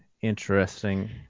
interesting